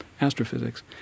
astrophysics